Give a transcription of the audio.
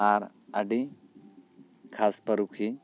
ᱟᱨ ᱟᱹᱰᱤ ᱠᱷᱟᱥ ᱯᱟᱹᱨᱩᱠᱷᱤᱭᱟᱹ